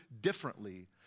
differently